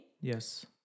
yes